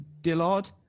Dillard